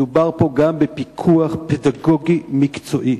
מדובר פה גם בפיקוח פדגוגי מקצועי,